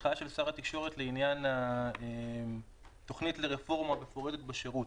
ההנחיה של שר התקשורת לעניין התוכנית לרפורמה מפורטת בשירות.